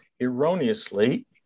erroneously